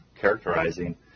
characterizing